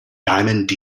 diamond